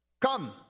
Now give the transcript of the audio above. Come